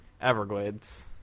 Everglades